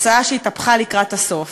תוצאה שהתהפכה לקראת הסוף.